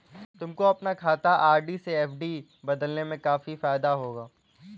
तुमको अपना खाता आर.डी से एफ.डी में बदलने से काफी फायदा होगा